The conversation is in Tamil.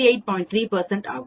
3 ஆகும்